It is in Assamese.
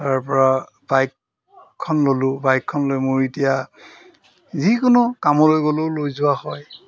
তাৰপৰা বাইকখন ল'লোঁ বাইকখন লৈ মোৰ এতিয়া যিকোনো কামলৈ গ'লেও লৈ যোৱা হয়